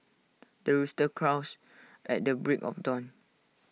the rooster crows at the break of dawn